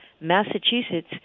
Massachusetts